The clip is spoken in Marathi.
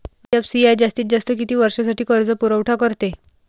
आय.एफ.सी.आय जास्तीत जास्त किती वर्षासाठी कर्जपुरवठा करते?